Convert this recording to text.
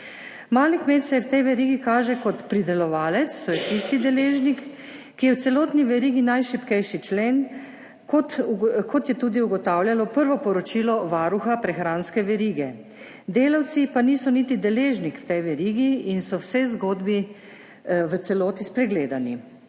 Mali kmet se v tej verigi kaže kot pridelovalec, to je tisti deležnik, ki je v celotni verigi najšibkejši člen, kot je tudi ugotavljalo prvo poročilo varuha prehranske verige, delavci pa niso niti deležniki v tej verigi in so v vsej zgodbi v celoti spregledani.